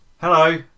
Hello